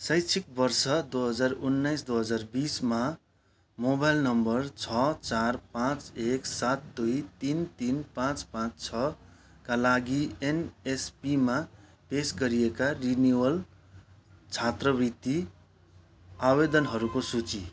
शैक्षिक वर्ष दुई हजार उन्नाइस दुई हजार बिसमा मोबाइल नम्बर छ चार पाँच एक सात दुई तिन तिन पाँच पाँच छ का लागि एनएसपीमा पेस गरिएका रिनिवल छात्रवृत्ति आवेदनहरूको सूची